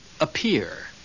appear